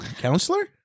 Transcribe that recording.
Counselor